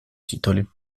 titoli